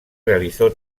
realizó